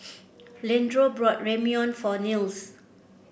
Leandro bought Ramyeon for Nils